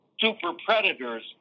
super-predators